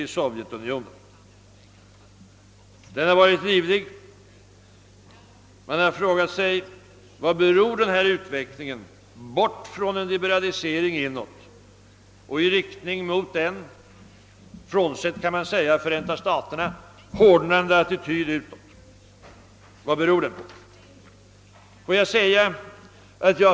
Diskussionen i denna fråga har varit livlig. Man har frågat sig: Varpå beror denna utveckling bort från en liberalisering inåt och i riktning mot en — frånsett Förenta staterna — hårdnande attityd utåt?